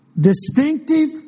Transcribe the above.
distinctive